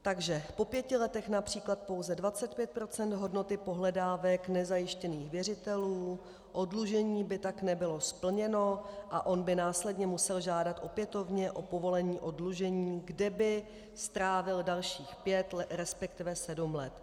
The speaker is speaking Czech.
Takže po pěti letech například pouze 25 % hodnoty pohledávek nezajištěných věřitelů, oddlužení by tak nebylo splněno a on by následně musel žádat opětovně o povolení oddlužení, kde by strávil dalších pět, resp. sedm let.